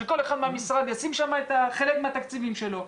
שכל אחד מהמשרדים ישים שם חלק מהתקציבים שלו.